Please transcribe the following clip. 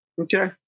okay